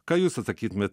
ką jūs atsakytumėt